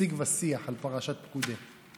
"שיג ושיח" על פרשת פקודי.